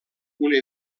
una